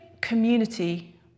community